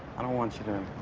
l don't want you to.